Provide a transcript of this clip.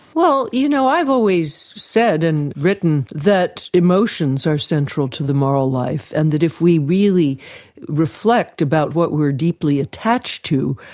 well, you know, i've always said and written that emotions are central to the moral life and that if we really reflect about what we are deeply attached to,